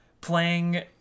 playing